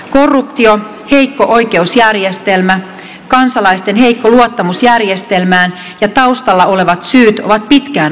korruptio heikko oikeusjärjestelmä kansalaisten heikko luottamus järjestelmään ja taustalla olevat syyt ovat pitkään olleet tiedossa